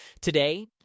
today